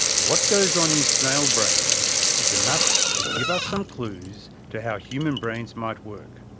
what goes on in snail brains is enough to give us some clues to how human brains might work.